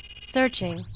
Searching